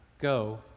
go